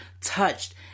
touched